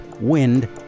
wind